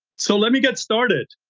so let me get started.